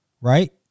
Right